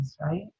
right